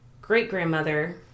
great-grandmother